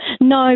No